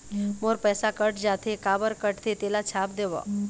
मोर पैसा कट जाथे काबर कटथे तेला छाप देव?